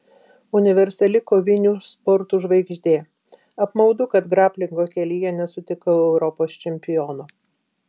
universali kovinių sportų žvaigždė apmaudu kad graplingo kelyje nesutikau europos čempiono